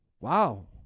Wow